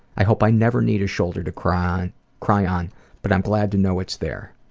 i hope i never need a shoulder to cry cry on but i'm glad to know it's there.